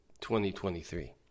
2023